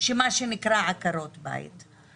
מה שנקרא עקרות בית.